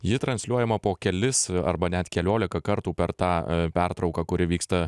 ji transliuojama po kelis arba net keliolika kartų per tą pertrauką kuri vyksta